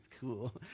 Cool